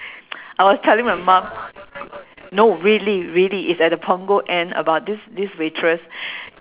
I was telling my mom no really really is at the punggol end about this this waitress